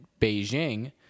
Beijing